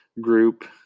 group